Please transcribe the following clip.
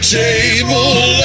table